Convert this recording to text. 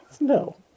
No